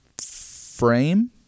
frame